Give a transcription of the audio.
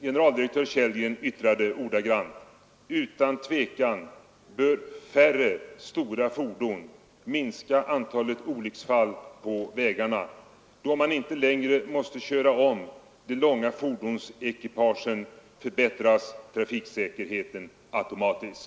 Generaldirektör Tjällgren yttrade ordagrant: ”Utan tvekan bör färre stora fordon minska antalet olycksfall på vägarna. Då man inte längre måste köra om de långa fordonsekipagen förbättras trafiksäkerheten automatiskt.”